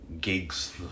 gigs